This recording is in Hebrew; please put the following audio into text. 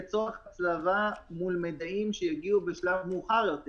לצורך הצלבה מול מידעים שיגיעו בשלבים מאוחרים יותר.